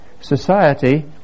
society